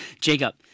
Jacob